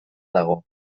dago